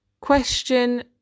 Question